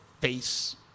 face